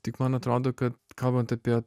tik man atrodo kad kalbant apie